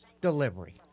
delivery